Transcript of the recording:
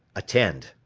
attend.